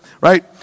Right